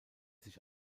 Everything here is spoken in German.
sich